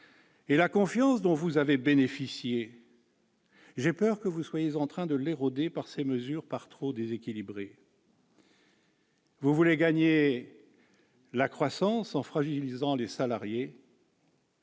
Et la confiance dont vous avez bénéficié, j'ai peur que vous ne soyez en train de l'éroder au travers de ces mesures par trop déséquilibrées ! Vous voulez gagner la croissance en fragilisant les salariés.